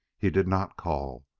he did not call,